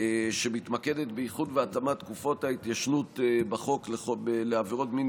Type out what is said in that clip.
שמתמקדת באיחוד והתאמת תקופות ההתיישנות בחוק לעבירות מין